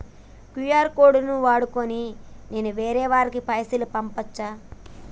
QR code ను వాడుకొని నేను వేరే వారికి పైసలు పంపచ్చా?